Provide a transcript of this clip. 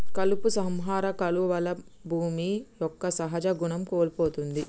కలుపు సంహార కాలువల్ల భూమి యొక్క సహజ గుణం కోల్పోతుంది